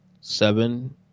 Seven